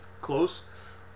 close